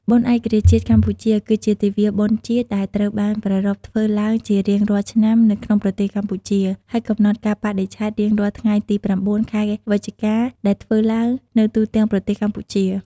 បុណ្យឯករាជ្យជាតិកម្ពុជា គឺជាទិវាបុណ្យជាតិ ដែលត្រូវបានប្រារព្ធធ្វើឡើងជារៀងរាល់ឆ្នាំនៅក្នុងប្រទេសកម្ពុជា ដោយកំណត់កាលបរិច្ឆេទរៀងរាល់ថ្ងៃទី ៩ ខែវិច្ឆិកា ដែលធ្វើឡើងនៅទូទាំងប្រទេសកម្ពុជា។